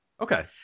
Okay